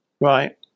right